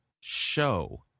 show